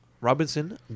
Robinson